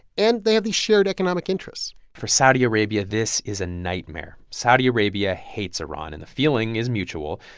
and they have these shared economic interests for saudi arabia, this is a nightmare. saudi arabia hates iran, and the feeling is mutual.